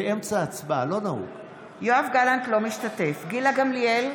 בהצבעה גילה גמליאל,